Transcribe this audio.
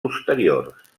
posteriors